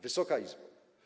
Wysoka Izbo!